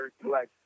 collect